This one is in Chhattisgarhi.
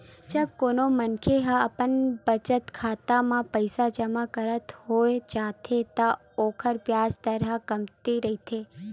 जब कोनो मनखे ह अपन बचत खाता म पइसा जमा करत होय चलथे त ओखर बियाज दर ह कमती रहिथे